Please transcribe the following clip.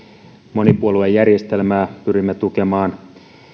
monipuoluejärjestelmää pyrimme tukemaan